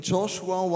Joshua